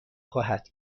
خواهد